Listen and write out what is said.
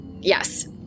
Yes